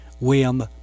William